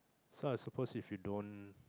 so I suppose if you don't